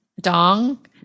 dong